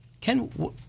Ken